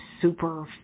super